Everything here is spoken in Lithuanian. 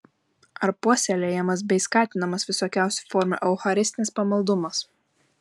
ar puoselėjamas bei skatinamas visokiausių formų eucharistinis pamaldumas